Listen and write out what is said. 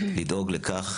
זה לדאוג לכך,